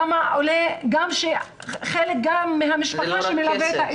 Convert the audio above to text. כמה עולה שחלק מהמשפחה מלווה את האישה --- זה לא רק כסף.